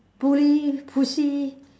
bully pussy